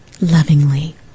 lovingly